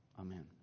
Amen